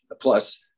Plus